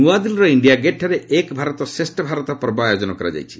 ନୁଆଦିଲ୍ଲୀର India ଗେଟ୍ଠାରେ ଏକ୍ ଭାରତ ଶ୍ରେଷ ଭାରତ ପର୍ବ ଆୟୋଜନ କରାଯାଇଛି